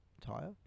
tire